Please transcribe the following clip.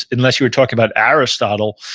unless you were talking about aristotle,